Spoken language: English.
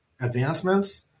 advancements